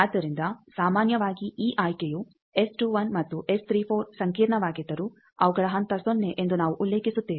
ಆದ್ದರಿಂದ ಸಾಮಾನ್ಯವಾಗಿ ಈ ಆಯ್ಕೆಯು ಮತ್ತು ಸಂಕೀರ್ಣವಾಗಿದ್ದರೂ ಅವುಗಳ ಹಂತ ಸೊನ್ನೆ ಎಂದು ನಾವು ಉಲ್ಲೇಖಿಸುತ್ತೇವೆ